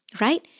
right